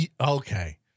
Okay